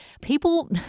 People